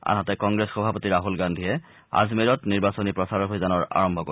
আনহাতে কংগ্ৰেছ সভাপতি ৰাহুল গান্ধীয়ে আজমেৰত নিৰ্বাচনী প্ৰচাৰ অভিযানৰ আৰম্ভ কৰিব